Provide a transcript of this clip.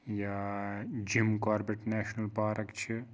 یا Jim Corbett national park چھِ